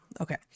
okay